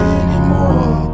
anymore